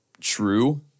true